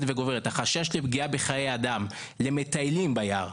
וגוברת לפגיעה בחיי אדם למטיילים ביער,